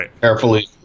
carefully